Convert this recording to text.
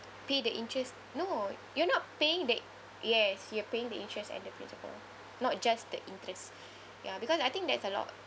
pay the interest no you're not paying the yes you are paying the interest and principal not just the interest ya because I think there's a lot